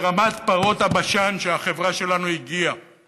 לרמת פרות הבשן שהחברה שלנו הגיעה אליה,